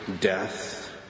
death